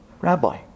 Rabbi